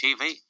TV